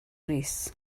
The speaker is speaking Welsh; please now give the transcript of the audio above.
rees